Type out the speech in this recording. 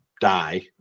die